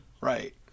Right